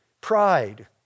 pride